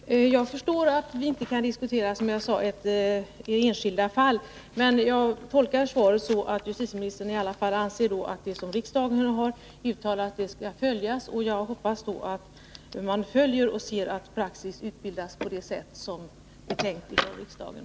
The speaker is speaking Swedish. Herr talman! Jag förstår som sagt att vi inte kan diskutera enskilda fall, men jag tolkar svaret så att justitieministern anser att vad riksdagen uttalat skall följas. Jag hoppas då att man följer utvecklingen och finner att praxis utbildas på det sätt som var tänkt av riksdagen.